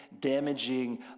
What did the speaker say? damaging